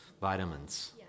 vitamins